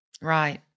Right